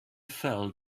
fell